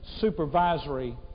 supervisory